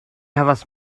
havas